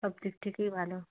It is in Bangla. সব দিক থেকেই ভালো